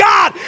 God